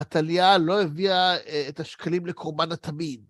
עתליה לא הביאה את השקלים לקורבן התמיד.